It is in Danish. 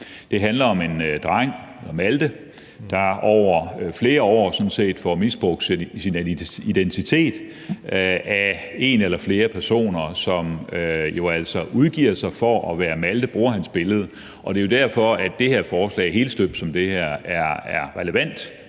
Det handler om en dreng, Malte, der over flere år sådan set får misbrugt sin identitet af en eller flere personer, som jo altså udgiver sig for at være Malte og bruger hans billede. Det er derfor, det her forslag, helstøbt